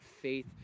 faith